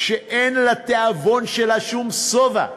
שאין לתיאבון שלה שום שובע,